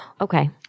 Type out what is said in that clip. Okay